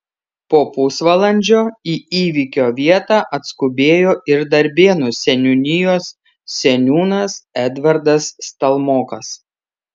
po pusvalandžio į įvykio vietą atskubėjo ir darbėnų seniūnijos seniūnas edvardas stalmokas